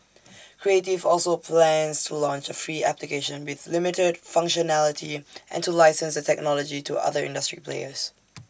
creative also plans to launch A free application with limited functionality and to license the technology to other industry players